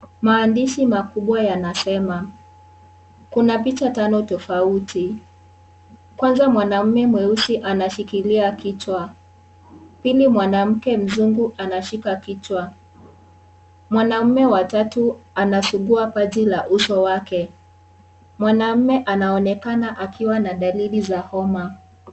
Maandishi makubwa yanasema kuna picha tano tofauti, kwanza mwanaume mweusi anashikilia kichwa ,pili mwanamke mzungu anashika kichwa , mwanaume wa tatu anasugua paji la uso wake. Mwanaume anaonekana akiwa na dalili za homa.